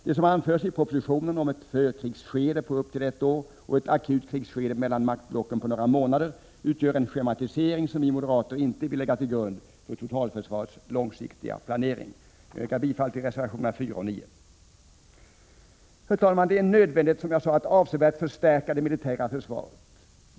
Det som anförs i propositionen om ett förkrigsskede på upp till ett år och ett akut krigsskede mellan maktblocken på några månader utgör en schematisering som vi moderater inte vill lägga till grund för totalförsvarets långsiktiga planering. Jag yrkar bifall till reservationerna 4 och 9. Herr talman! Det är, som jag sade, en nödvändighet att avsevärt förstärka det militära försvaret.